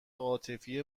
عاطفی